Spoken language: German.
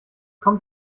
kommt